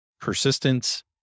persistence